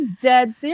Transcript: dead